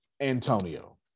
Antonio